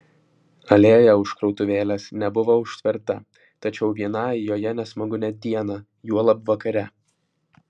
alėja už krautuvėlės nebuvo užtverta tačiau vienai joje nesmagu net dieną juolab vakare